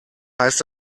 heißt